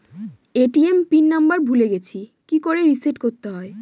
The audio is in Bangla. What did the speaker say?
এ.টি.এম পিন নাম্বার ভুলে গেছি কি করে রিসেট করতে হয়?